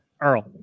Earl